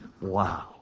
wow